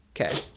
Okay